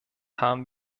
haben